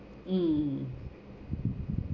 mm